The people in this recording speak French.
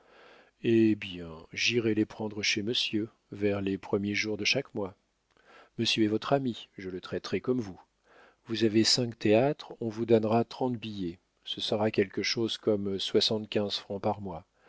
hé bien j'irai les prendre chez monsieur vers les premiers jours de chaque mois monsieur est votre ami je le traiterai comme vous vous avez cinq théâtres on vous donnera trente billets ce sera quelque chose comme soixante-quinze francs par mois